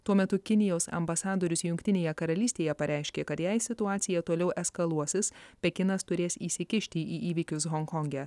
tuo metu kinijos ambasadorius jungtinėje karalystėje pareiškė kad jei situacija toliau eskaluosis pekinas turės įsikišti į įvykius honkonge